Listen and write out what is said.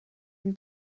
une